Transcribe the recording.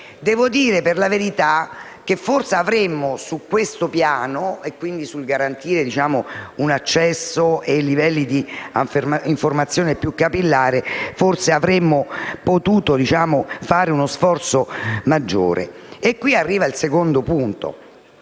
Devo dire, per la verità, che su questo piano, sul garantire un accesso e livelli di informazione più capillari, forse avremmo potuto fare uno sforzo maggiore. E qui arriva il secondo punto.